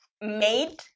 made